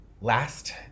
Last